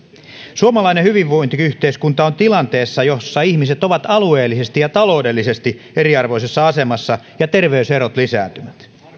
suomalainen hyvinvointiyhteiskunta on tilanteessa jossa ihmiset ovat alueellisesti ja taloudellisesti eriarvoisessa asemassa ja terveyserot lisääntyvät